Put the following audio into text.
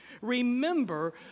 Remember